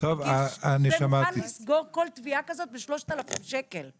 מגיש תובענה ייצוגית ומוכן לסגור כל תביעה כזאת עבור 3,000 שקלים.